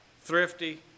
thrifty